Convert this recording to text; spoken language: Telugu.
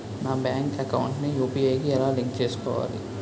నా బ్యాంక్ అకౌంట్ ని యు.పి.ఐ కి ఎలా లింక్ చేసుకోవాలి?